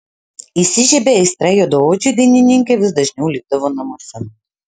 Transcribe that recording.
įsižiebė aistra juodaodžiui dainininkė vis dažniau likdavo namuose